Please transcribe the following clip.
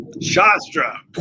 shastra